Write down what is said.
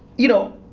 you know,